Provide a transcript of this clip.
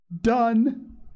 Done